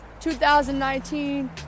2019